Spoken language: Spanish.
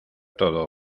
todo